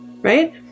right